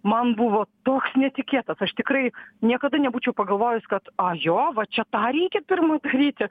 man buvo toks netikėtas aš tikrai niekada nebūčiau pagalvojus kad jo va čia tą reikia pirma daryti